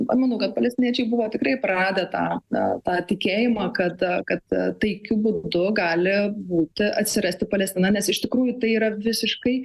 manau kad palestiniečiai buvo tikrai praradę tą na tą tikėjimą kad kad taikiu būdu gali būti atsirasti palestina nes iš tikrųjų tai yra visiškai